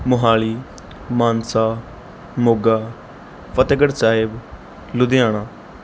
Mohali Mansa Moga Fatehgarh Sahib Ludhiana